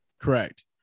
Correct